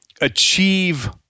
achieve